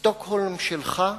"שטוקהולם שלך,